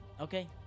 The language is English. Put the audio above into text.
Okay